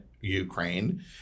Ukraine